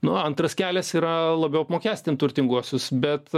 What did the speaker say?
nu antras kelias yra labiau apmokestint turtinguosius bet